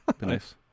Nice